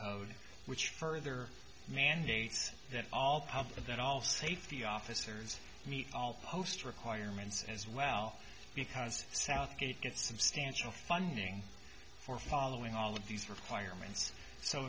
code which further mandates that all of that all safety officers meet all post requirements as well because southgate get substantial funding for following all of these requirements so